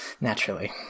Naturally